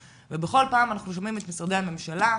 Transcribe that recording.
ובכל פעם אנחנו שומעים את משרדי הממשלה.